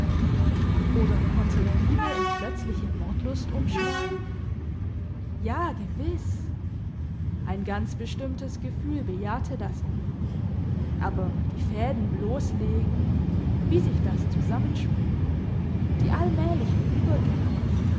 oder konnte liebe in plötzliche mordlust umschlagen ja gewiss ein ganz bestimmtes gefühl bejahte das in ihm aber die fäden bloss legen wie sich das zusammenspinnt die allmählichen übergänge